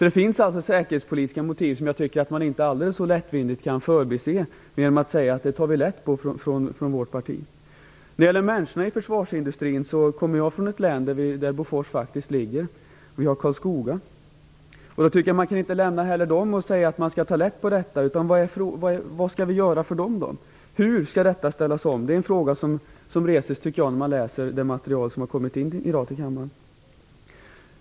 Det finns alltså säkerhetspolitiska motiv som man i ett parti inte så lättvindigt kan förbise, genom att säga att man tar lätt på det. Det gäller också människorna i försvarsindustrin. Jag kommer från det län där Bofors och Karlskoga ligger. Man kan inte heller lämna dem och säga att man kan ta lätt på detta. Man måste fråga sig vad vi skall göra för dem, hur detta skall ställas om. Det är en fråga som reses när man läser det material som har kommit till kammaren i dag.